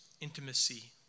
intimacy